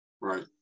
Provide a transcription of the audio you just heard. Right